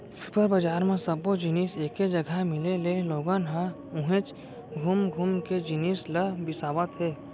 super बजार म सब्बो जिनिस एके जघा मिले ले लोगन ह उहेंच घुम घुम के जिनिस ल बिसावत हे